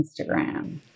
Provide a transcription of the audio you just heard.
Instagram